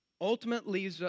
ultimately